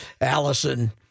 Allison